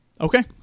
Okay